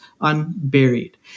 unburied